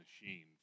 machine